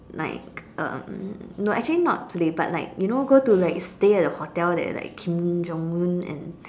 like um no actually not play but like you know go to like stay at a hotel like Kim-Jong-Un and